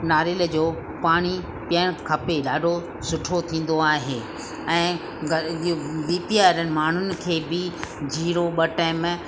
नारेल जो पाणी पीअणु खपे ॾाढो सुठो थींदो आहे ऐं घर जूं बीपी वारनि माण्हुनि खे बि जीरो ॿ टाइम